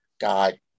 God